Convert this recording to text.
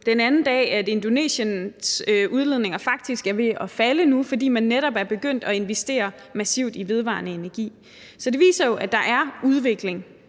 den anden dag, at Indonesiens udledninger faktisk er ved at falde nu, fordi man netop er begyndt at investere massivt i vedvarende energi. Så det viser jo, at der er udvikling